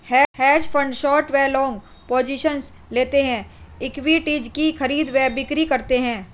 hedge fund short व long positions लेते हैं, इक्विटीज की खरीद व बिक्री करते हैं